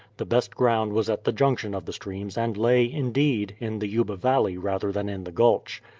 the best ground was at the junction of the streams, and lay, indeed, in the yuba valley rather than in the gulch.